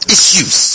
issues